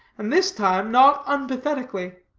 and this time not unpathetically